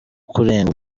kurenga